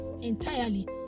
entirely